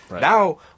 Now